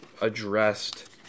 addressed